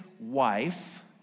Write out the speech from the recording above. wife